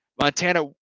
Montana